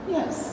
Yes